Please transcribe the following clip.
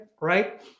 right